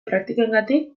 praktikoengatik